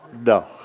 no